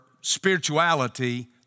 spirituality